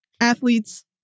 athletes